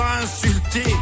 insulté